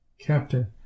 Captain